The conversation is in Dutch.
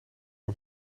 een